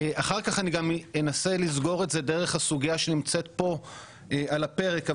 אחר כך אני גם אנסה לסגור את זה דרך הסוגייה שנמצאת פה על הפרק.